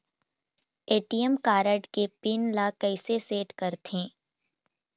ATM card के pin ला कैसे सेट करथे?